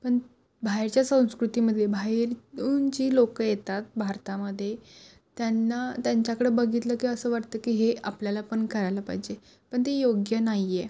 पण बाहेरच्या संस्कृतीमधले बाहेरून जी लोकं येतात भारतामध्ये त्यांना त्यांच्याकडं बघितलं की असं वाटतं की हे आपल्याला पण करायला पाहिजे पण ते योग्य नाही आहे